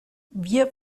wir